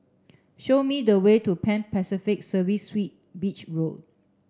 show me the way to Pan Pacific Serviced Beach Road